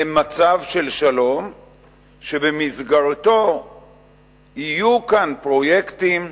למצב של שלום שבמסגרתו יהיו כאן פרויקטים,